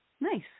Nice